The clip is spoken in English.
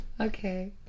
Okay